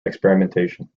experimentation